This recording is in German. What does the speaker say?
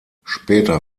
später